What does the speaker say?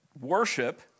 Worship